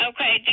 Okay